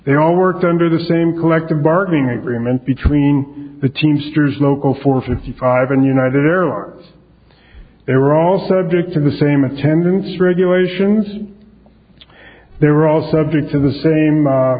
they all worked under the same collective bargaining agreement between the teamsters local four fifty five and united airlines they were all subject to the same attendance regulations they were all subject to the same